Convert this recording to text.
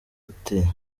ati